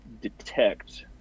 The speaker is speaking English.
detect